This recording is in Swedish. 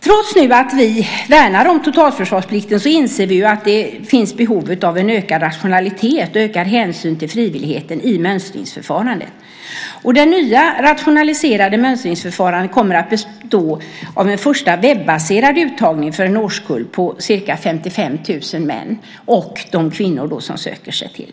Trots att vi värnar om totalförsvarsplikten inser vi att det finns behov av en ökad rationalitet och ökad hänsyn när det gäller frivillighet i mönstringsförfarandet. Och det nya rationaliserade mönstringsförfarandet kommer att bestå av en första webbaserad uttagning för en årskull på ca 55 000 män och de kvinnor som söker sig dit.